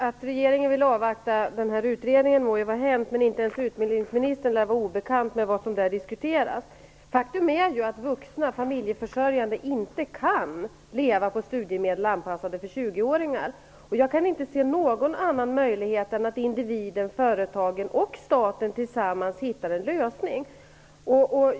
Fru talman! Det må vara hänt att regeringen vill avvakta utredningen, men inte ens utbildningsministern lär vara obekant med vad som där diskuteras. Faktum är att vuxna familjeförsörjare inte kan leva på studiemedel anpassade för 20-åringar. Jag kan inte se någon annan möjlighet än att individen, företagen och staten tillsammans hittar en lösning.